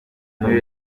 muri